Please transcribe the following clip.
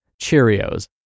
Cheerios